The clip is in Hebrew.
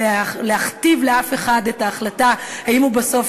להכתיב לאף אחד את ההחלטה האם הוא בסוף